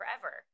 forever